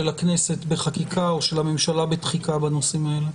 הכנסת בחקיקה או של הממשלה בתחיקה בנושאים האלה.